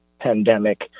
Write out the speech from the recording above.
pandemic